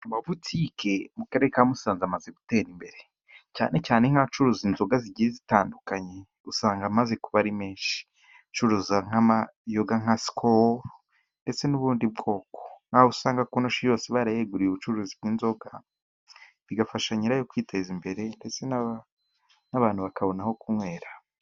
Amabutike mu karere ka musanze amaze gutera imbere. Cyane cyane nk'acuruza inzoga zigiye zitandukanye, usanga amaze kuba menshi. Acuruza nk'amayoga, nka sokoro, ndetse n'ubundi bwoko. Nkaho usanga konoshi yose barayeguriye ubucuruzi bw'inzoga. Bigafasha nyirabyo kwiteza imbere ndetse n'abantu bakabona aho kunywera.